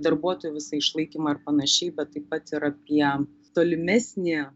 darbuotojų visą išlaikymą ir panašiai bet taip pat ir apie tolimesnį